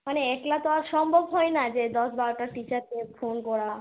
মানে একলা তো আর সম্ভব হয় না যে দশ বারোটা টিচারকে ফোন করা